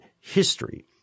history